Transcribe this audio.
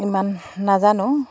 ইমান নাজানো